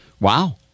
Wow